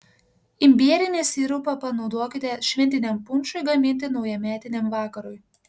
imbierinį sirupą panaudokite šventiniam punšui gaminti naujametiniam vakarui